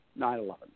9-11